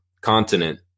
continent